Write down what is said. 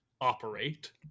operate